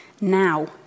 Now